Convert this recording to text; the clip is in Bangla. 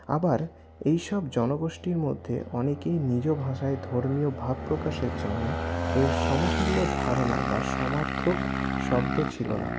আবার এই সব জনগোষ্ঠীর মধ্যে অনেকেই নিজ ভাষায় ধর্মীয় ভাবপ্রকাশের জন্য এর সমতুল্য ধারণা বা সমার্থক শব্দ ছিল না